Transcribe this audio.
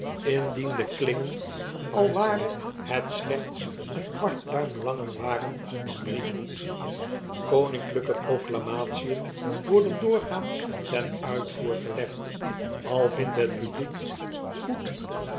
de klingen al ware het slechts een kwart duim langer waren dan drie voet koninklijke proclamation worden doorgaans ten uitvoer gelegd al vindt het publiek goed